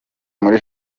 muri